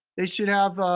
they should have,